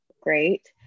great